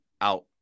out